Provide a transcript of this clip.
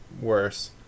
worse